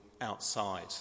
outside